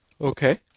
Okay